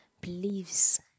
beliefs